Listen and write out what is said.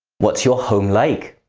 what's your home like?